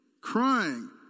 crying